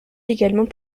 également